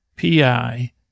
PI